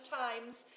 times